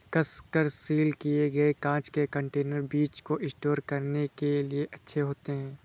कसकर सील किए गए कांच के कंटेनर बीज को स्टोर करने के लिए अच्छे होते हैं